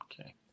Okay